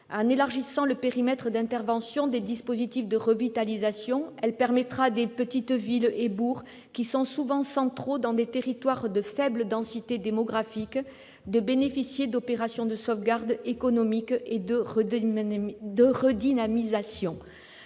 En élargissant le périmètre d'intervention des dispositifs de revitalisation, elle permettra à de petites villes et bourgs, qui sont souvent centraux dans des territoires de faible densité démographique, de bénéficier d'opérations de sauvegarde économique et de redynamisation.